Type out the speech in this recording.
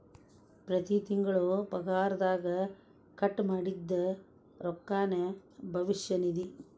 ಪ್ರತಿ ತಿಂಗಳು ಪಗಾರದಗ ಕಟ್ ಮಾಡಿದ್ದ ರೊಕ್ಕಾನ ಭವಿಷ್ಯ ನಿಧಿ